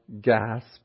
gasp